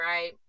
right